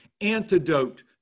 antidote